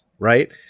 right